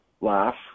laugh